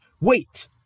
Wait